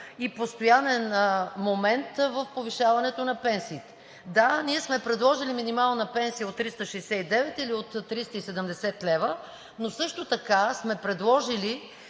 и постоянен момент в повишаването на пенсиите. Да, ние сме предложили минимална пенсия от 369 или от 370 лв., но също така сме предложили